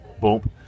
boom